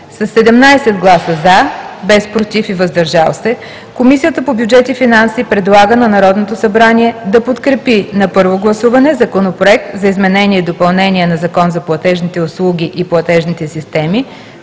17 гласа „за“, без „против“ и „въздържал се“, Комисията по бюджет и финанси предлага на Народното събрание да подкрепи на първо гласуване Законопроект за изменение и допълнение на Закон за платежните услуги и платежните системи,